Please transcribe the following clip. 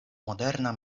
moderna